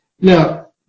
now